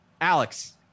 Alex